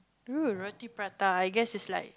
roti prata I guess it's like